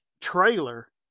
trailer